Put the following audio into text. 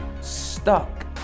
stuck